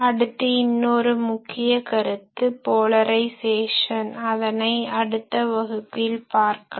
அடுத்து இன்னொரு முக்கிய கருத்து போலரைசேசன் Polarization முனைவாக்கம் அதனை அடுத்த வகுப்பில் பார்க்கலாம்